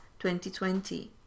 2020